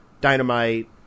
dynamite